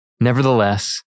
Nevertheless